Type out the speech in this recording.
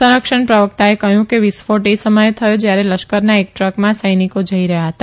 સંરક્ષણ પ્રવકતાએ કહયું છે કે વિસ્ફોટ એ સમયે થયો જ્યારે લશ્કરના એક ટ્રકમાં સૈનિકો જઇ રહથા હતા